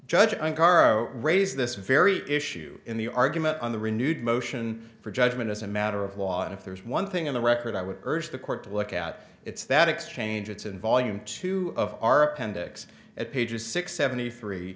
caro raised this very issue in the argument on the renewed motion for judgment as a matter of law and if there's one thing in the record i would urge the court to look at it's that exchange it's in volume two of our appendix at pages six seventy three